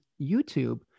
YouTube